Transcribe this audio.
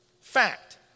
Fact